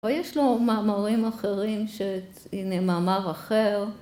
‫ויש לו מאמרים אחרים ש... ‫הנה מאמר אחר.